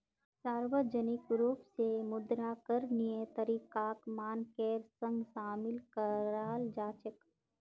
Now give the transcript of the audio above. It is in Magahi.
सार्वजनिक रूप स मुद्रा करणीय तरीकाक मानकेर संग शामिल कराल जा छेक